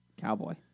Cowboy